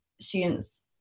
students